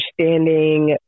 understanding